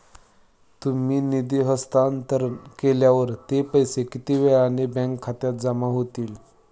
तुम्ही निधी हस्तांतरण केल्यावर ते पैसे किती वेळाने बँक खात्यात जमा होतील?